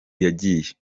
yagiye